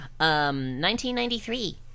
1993